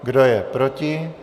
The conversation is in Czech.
Kdo je proti?